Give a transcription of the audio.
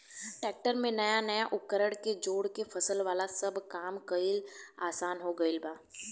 tractor में नया नया उपकरण के जोड़ के फसल वाला सब काम कईल आसान हो गईल बा